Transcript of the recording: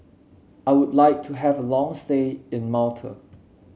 I would like to have a long stay in Malta